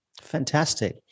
Fantastic